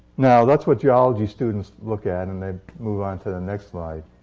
now, that's what geology students look at, and they move on to the next slide.